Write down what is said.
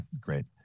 great